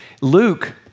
Luke